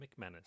McManus